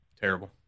Terrible